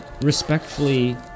respectfully